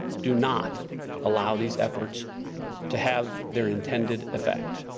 do not allow these efforts to have their intended effect.